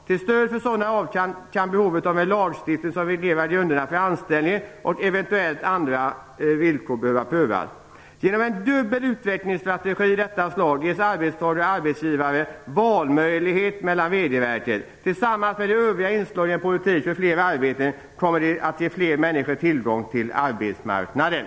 Till stöd för sådana avtal kan behovet av en lagstiftning som reglerar grunderna för anställning och eventuellt andra villkor behöva prövas. Genom en dubbel utvecklingsstrategi av detta slag ges arbetstagare och arbetsgivare valmöjlighet mellan regelverken. Tillsammans med de övriga inslagen i en politik för flera arbeten kommer det att ge fler människor tillgång till arbetsmarknaden.